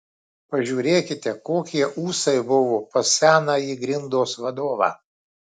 pažiūrėkite kokie ūsai buvo pas senąjį grindos vadovą